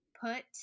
put